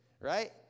right